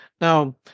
Now